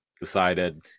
decided